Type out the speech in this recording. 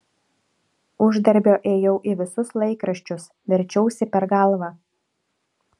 uždarbio ėjau į visus laikraščius verčiausi per galvą